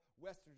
Western